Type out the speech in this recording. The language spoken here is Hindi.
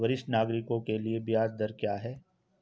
वरिष्ठ नागरिकों के लिए ब्याज दर क्या हैं?